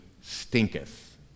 stinketh